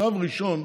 בשלב הראשון,